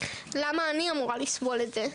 למה אני אמורה לסבול את זה?